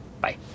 Bye